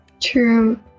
True